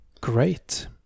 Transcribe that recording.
Great